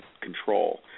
control